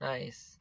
Nice